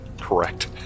Correct